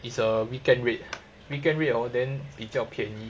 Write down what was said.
it's a weekend rate weekend rate orh then 比较便宜